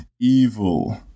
evil